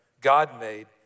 God-made